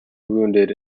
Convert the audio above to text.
wounded